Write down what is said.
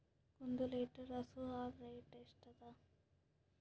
ಒಂದ್ ಲೀಟರ್ ಹಸು ಹಾಲ್ ರೇಟ್ ಎಷ್ಟ ಅದ?